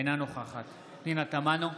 אינה נוכחת פנינה תמנו,